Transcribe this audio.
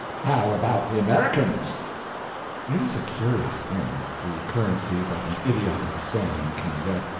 how about the americans it is a curious thing, the currency that an idiotic saying can get.